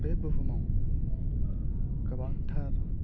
बे बुहुमाव गोबांथार